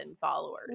followers